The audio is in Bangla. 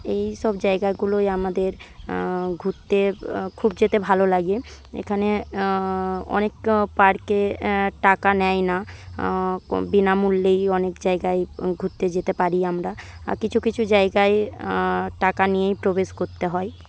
এইসব জায়গাগুলোই আমাদের ঘুরতে খুব যেতে ভালো লাগে এখানে অনেক পার্কে টাকা নেয় না বিনামূল্যেই অনেক জায়গায় ঘুরতে যেতে পারি আমরা কিছু কিছু জায়গায় টাকা নিয়েই প্রবেশ করতে হয়